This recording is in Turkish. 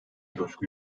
coşku